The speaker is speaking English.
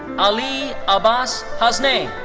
ali abbas hasnain.